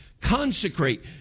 Consecrate